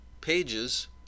pages